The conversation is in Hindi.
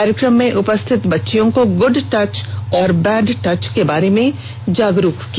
कार्यक्रम में उपस्थित बच्चियों को गुड टच और बैड टच के बारे में जागरूक किया